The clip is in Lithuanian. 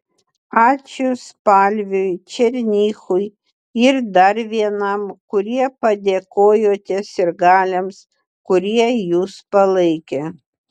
ačiū spalviui černychui ir dar vienam kurie padėkojote sirgaliams kurie jus palaikė